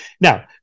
now